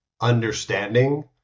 understanding